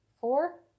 four